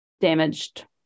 damaged